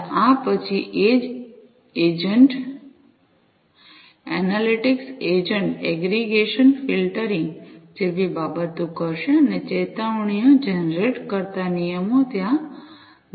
ત્યાં આ પછી એજ agent analytics agent aggregation filtering જેવી બાબતો કરશે અને ચેતવણીઓ જનરેટ કરતા નિયમો લાગુ કરશે